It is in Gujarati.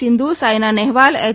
સિંધુ સાયના નહેવાલ એય